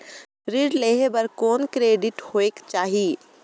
ऋण लेहे बर कौन क्रेडिट होयक चाही?